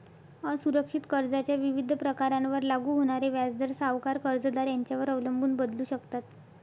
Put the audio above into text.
असुरक्षित कर्जाच्या विविध प्रकारांवर लागू होणारे व्याजदर सावकार, कर्जदार यांच्यावर अवलंबून बदलू शकतात